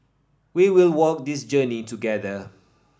we will walk this journey together